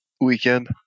weekend